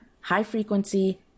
high-frequency